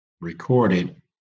recorded